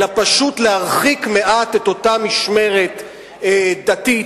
אלא פשוט להרחיק מעט את אותה משמרת דתית